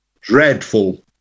dreadful